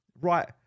right